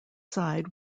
side